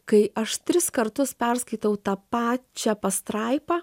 kai aš tris kartus perskaitau tą pačią pastraipą